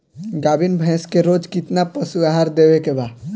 गाभीन भैंस के रोज कितना पशु आहार देवे के बा?